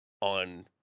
on –